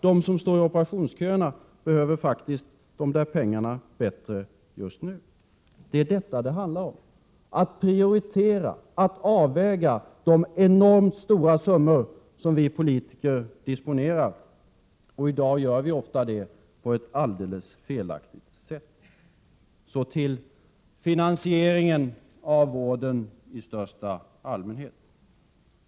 De som står i operationsköerna behöver faktiskt de där pengarna bättre just nu. Det är detta det handlar om: att prioritera, att avväga de enormt stora summor som vi politiker disponerar — och i dag gör vi ofta det på ett alldeles felaktigt sätt. Så till finansieringen av vården i största allmänhet.